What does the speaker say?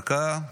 רצה להזהיר.